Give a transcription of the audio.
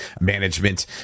management